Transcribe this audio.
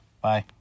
Bye